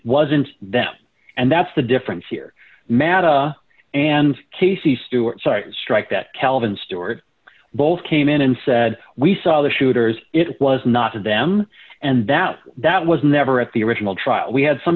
wasn't them and that's the difference here massa and casey stewart sorry strike that calvin stewart both came in and said we saw the shooters it was not of them and that that was never at the original trial we had some